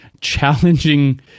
challenging